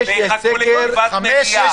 הוא מוריד באופן זמני את